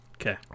Okay